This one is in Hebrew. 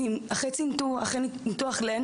הוא אחרי צנתור, אחרי ניתוח לב.